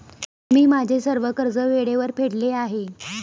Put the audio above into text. मी माझे सर्व कर्ज वेळेवर फेडले आहे